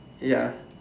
ya